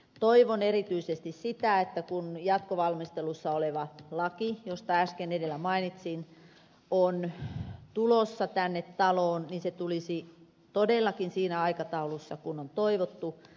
toivon erityisesti sitä että kun jatkovalmistelussa oleva laki josta äsken edellä mainitsin on tulossa tänne taloon niin se tulisi todellakin siinä aikataulussa kuin on toivottu